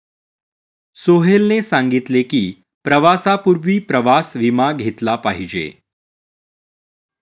सोहेलने सांगितले की, प्रवासापूर्वी प्रवास विमा घेतला पाहिजे